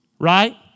Right